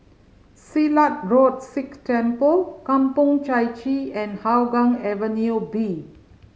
Silat Road Sikh Temple Kampong Chai Chee and Hougang Avenue B